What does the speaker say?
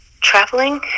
traveling